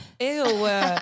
ew